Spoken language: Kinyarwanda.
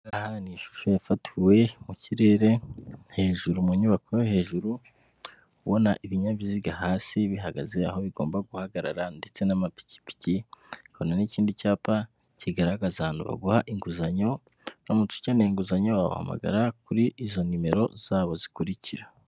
Aha ni ishusho yafatiwe mu kirere hejuru mu nyubako yo hejuru, ubona ibinyabiziga hasi bihagaze aho bigomba guhagarara ndetse n'amapikipiki, ukabona n'ikindi cyapa kigaragaza baguha inguzanyo, uramutse ukeneye inguzanyo wabahamagara kuri izo nimero zabo zikurikira.